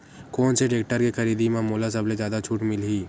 कोन से टेक्टर के खरीदी म मोला सबले जादा छुट मिलही?